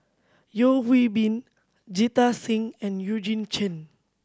Yeo Hwee Bin Jita Singh and Eugene Chen